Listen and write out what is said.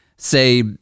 say